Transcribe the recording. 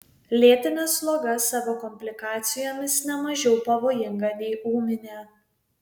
lėtinė sloga savo komplikacijomis ne mažiau pavojinga nei ūminė